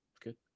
Good